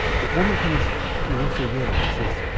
but one of the things you also realize is,